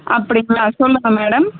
அப்படிங்களா சொல்லுங்க மேடம்